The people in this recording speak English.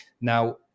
Now